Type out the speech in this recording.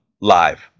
live